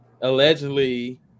allegedly